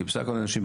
כי בסך הכל אנשים.